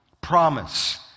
Promise